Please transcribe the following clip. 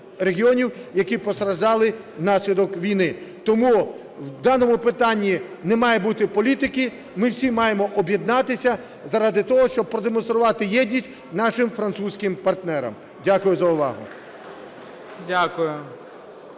які постраждали внаслідок війни. Тому в даному питанні не має бути політики, ми всі маємо об'єднатися заради того, щоб продемонструвати єдність нашим французьким партнерам. Дякую за увагу.